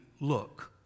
look